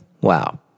wow